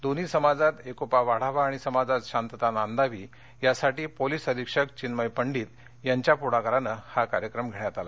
दोन्ही समाजात एकोपा वाढावा आणि समाजात शांतता नांदावी यासाठी पोलिस अधीक्षक चिन्मय पंडित यांच्या पुढाकाराने हा कार्यक्रम घेण्यात आला